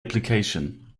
application